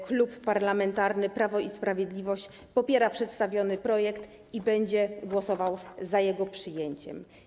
Klub Parlamentarny Prawo i Sprawiedliwość popiera przedstawiony projekt i będzie głosował za jego przyjęciem.